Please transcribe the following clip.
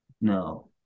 No